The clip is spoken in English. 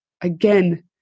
Again